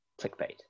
Clickbait